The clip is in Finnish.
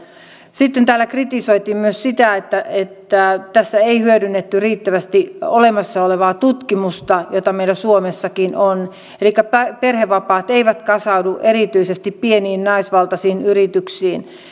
sitten täällä kritisoitiin myös sitä että että tässä ei hyödynnetty riittävästi olemassa olevaa tutkimusta jota meillä suomessakin on elikkä perhevapaat eivät kasaudu erityisesti pieniin naisvaltaisiin yrityksiin